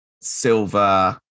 silver